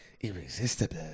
Irresistible